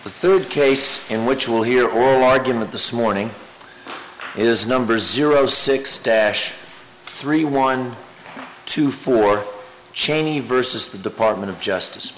the third case in which will hear oral argument the smore ning is number zero six dash three one two four cheney versus the department of justice